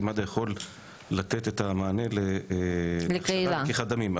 כי מד"א יכול לתת את המענה להכשרת לקיחת דמים.